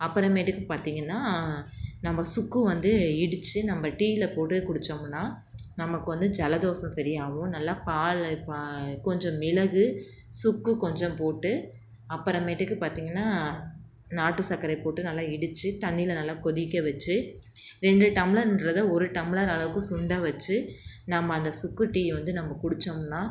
அப்பறமேட்டுக்கு பார்த்திங்கன்னா நம்ம சுக்கு வந்து இடித்து நம்ம டீயில் போட்டு குடிச்சோம்னால் நமக்கு வந்து ஜலதோஷம் சரி ஆகும் நல்லா பால் பா கொஞ்சம் மிளகு சுக்கு கொஞ்சம் போட்டு அப்புறமேட்டுக்கு பார்த்திங்கன்னா நாட்டு சக்கரையை போட்டு நல்லா இடித்து தண்ணியில் நல்லா கொதிக்க வச்சு ரெண்டு டம்ளர்ன்றதை ஒரு டம்ளர் அளவுக்கு சுண்ட வச்சு நம்ம அந்த சுக்கு டீயை வந்து நம்ம குடிச்சோம்னால்